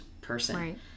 person